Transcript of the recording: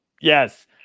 Yes